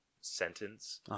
sentence